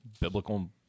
biblical